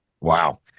Wow